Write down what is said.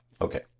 Okay